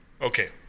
Okay